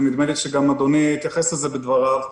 ונדמה לי שגם אדוני התייחס לזה בדבריו: